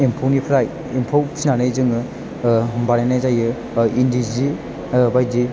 एम्फौनिफ्राय एम्फौ फिनानै जोङो बानायनाय जायो इन्दि जि बायदि